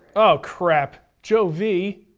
oh crap, joe v.